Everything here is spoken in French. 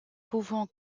pouvant